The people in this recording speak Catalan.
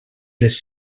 les